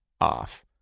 off